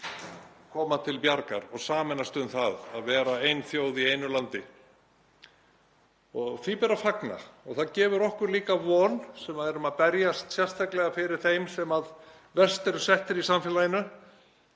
koma til bjargar og sameinast um það að vera ein þjóð í einu landi. Því ber að fagna og það gefur okkur líka von sem erum að berjast sérstaklega fyrir þeim sem verst eru settir í samfélaginu,